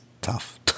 tough